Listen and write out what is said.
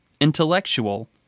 intellectual